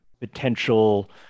Potential